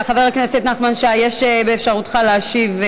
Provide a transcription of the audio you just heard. חבר הכנסת נחמן שי, יש באפשרותך להשיב.